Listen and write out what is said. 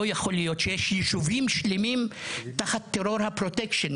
לא יכול להיות שיש ישובים שלמים תחת טרור הפרוטקשן.